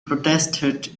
protested